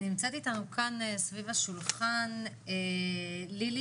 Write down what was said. נמצאת איתנו כאן, סביב השולחן, לילי,